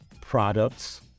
products